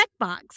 checkbox